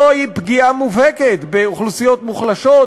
זוהי פגיעה מובהקת באוכלוסיות מוחלשות,